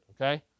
okay